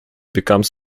become